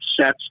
sets